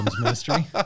ministry